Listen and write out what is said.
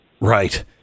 Right